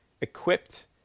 equipped